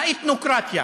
האתנוקרטיה